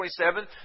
27